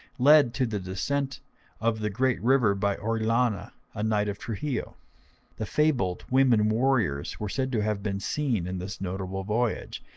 led to the descent of the great river by orellana, a knight of truxillo. the fabled women-warriors were said to have been seen in this notable voyage,